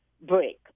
break